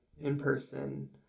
in-person